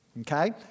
Okay